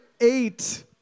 eight